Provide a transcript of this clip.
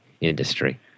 industry